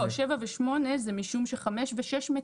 לא, 7 ו-8 זה משום ש-5 ו-6 מתקנות.